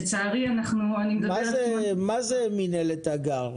מה זה מינהלת הגר?